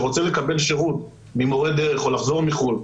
שרוצה לקבל שירות ממורה דרך או לחזור מחו"ל,